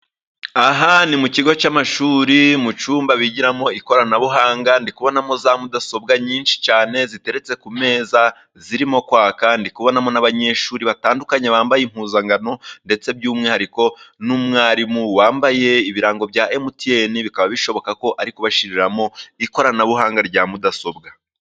Aha ni mu kigo cy'amashuri mu cyumba bigiramo ikoranabuhanga, ndi kubonamo za mudasobwa nyinshi cyane ziteretse ku meza zirimo kwaka. Ndi kubonamo n'abanyeshuri batandukanye bambaye impuzankano ndetse by'umwihariko n'umwarimu wambaye ibirango bya MTN, bikaba bishoboka ko ari kubashyiriramo ikoranabuhanga rya mudasobwa.